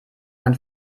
man